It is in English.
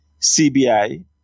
CBI